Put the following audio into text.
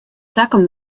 takom